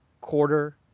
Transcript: quarter